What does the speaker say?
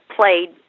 played